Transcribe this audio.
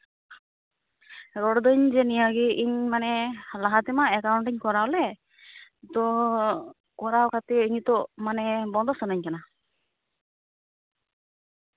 ᱨᱚᱲᱫᱟᱹᱧ ᱡᱮ ᱱᱤᱭᱟᱹ ᱜᱮ ᱡᱮ ᱤᱧ ᱢᱟᱱᱮ ᱞᱟᱦᱟ ᱛᱮᱢᱟ ᱮᱠᱟᱣᱩᱱᱴᱤᱧ ᱠᱚᱨᱟᱣ ᱞᱮᱫ ᱛᱚ ᱠᱚᱨᱟᱣ ᱠᱟᱛᱮ ᱱᱤᱛᱳᱜ ᱢᱟᱱᱮ ᱵᱚᱱᱫᱚ ᱥᱟᱱᱟᱹᱧ ᱠᱟᱱᱟ